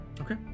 Okay